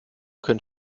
können